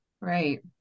Right